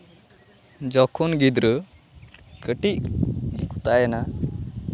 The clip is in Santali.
ᱡᱚᱠᱷᱚᱱ ᱜᱤᱫᱽᱨᱟᱹ ᱠᱟᱹᱴᱤᱡ ᱠᱚ ᱛᱟᱦᱮᱱᱟ